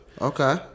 Okay